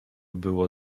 było